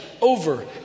over